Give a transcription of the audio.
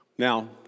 Now